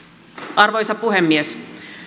arvoisa puhemies